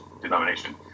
denomination